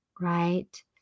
right